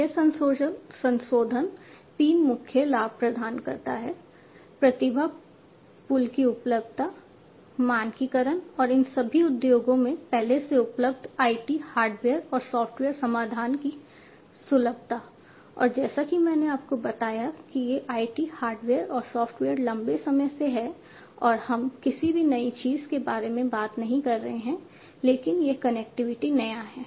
यह संशोधन तीन मुख्य लाभ प्रदान करता है प्रतिभा पूल की उपलब्धता मानकीकरण और इन सभी उद्योगों में पहले से उपलब्ध IT हार्डवेयर और सॉफ्टवेयर समाधान की सुलभता और जैसा कि मैंने आपको बताया कि ये IT हार्डवेयर और सॉफ्टवेयर लंबे समय से हैं और हम किसी भी नई चीज के बारे में बात नहीं कर रहे हैं लेकिन यह कनेक्टिविटी नया है